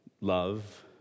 love